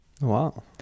Wow